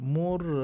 more